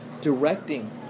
directing